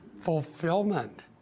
fulfillment